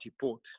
Port